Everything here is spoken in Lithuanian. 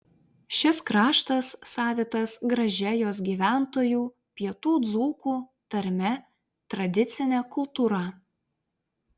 šis kraštas savitas gražia jos gyventojų pietų dzūkų tarme tradicine kultūra